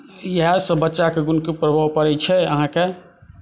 इएह से बच्चाके गुणके प्रभाव पड़ै छै अहाँकेँ